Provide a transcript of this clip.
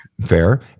Fair